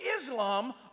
Islam